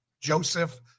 Joseph